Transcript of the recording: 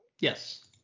yes